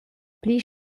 pli